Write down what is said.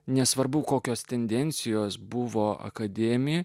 nesvarbu kokios tendencijos buvo akademija